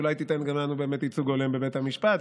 אולי תיתן גם לנו ייצוג הולם בבית המשפט,